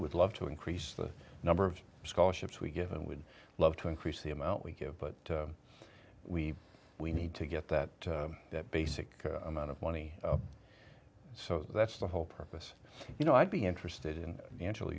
would love to increase the number of scholarships we give and would love to increase the amount we give but we we need to get that basic amount of money so that's the whole purpose you know i'd be interested in actual